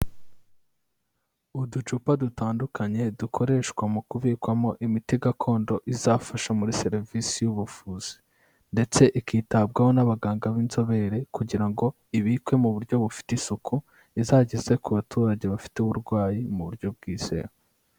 Uducupa dutandukanye dukoreshwa mu kubikwamo imiti gakondo izafasha muri serivisi y'ubuvuzi, ndetse ikitabwaho n'abaganga b'inzobere kugira ngo ibikwe mu buryo bufite isuku; izagezwe ku baturage bafite uburwayi mu buryo bwizewe.